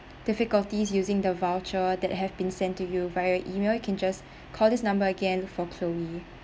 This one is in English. difficulties using the voucher that have been sent to you via email you can just call this number again look for chloe